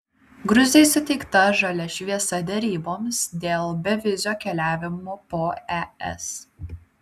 gruzijai suteikta žalia šviesa deryboms dėl bevizio keliavimo po es